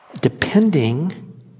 Depending